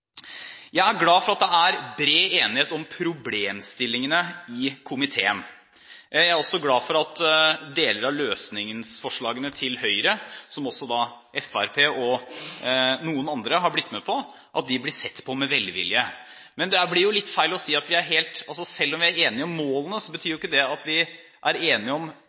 Jeg er glad for at det er bred enighet om problemstillingene i komiteen. Jeg er også glad for at deler av løsningsforslagene til Høyre, som også da Fremskrittspartiet og noen andre har blitt med på, blir sett på med velvilje, for selv om vi er enige om målene, betyr ikke det at vi er